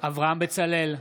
אברהם בצלאל,